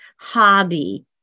hobby